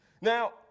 Now